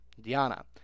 Diana